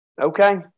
Okay